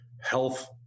health